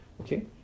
Okay